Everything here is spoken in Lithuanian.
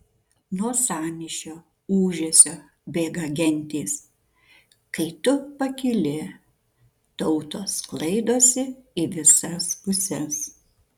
nuo sąmyšio ūžesio bėga gentys kai tu pakyli tautos sklaidosi į visas puses